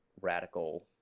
radical